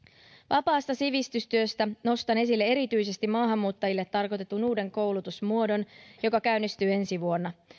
vapaasta sivistystyöstä nostan esille erityisesti maahanmuuttajille tarkoitetun uuden koulutusmuodon joka käynnistyy ensi vuonna